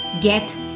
get